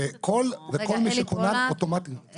וכל מי שכונן אוטומטית -- רגע,